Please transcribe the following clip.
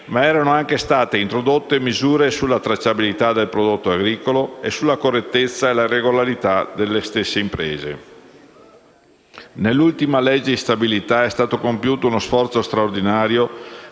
ma erano anche state introdotte misure sulla tracciabilità del prodotto agricolo e sulla correttezza e regolarità delle stesse imprese. Nell'ultima legge di stabilità è stato compiuto uno sforzo straordinario